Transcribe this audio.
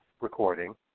recording